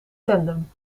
tandem